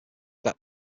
that